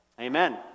Amen